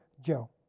Joe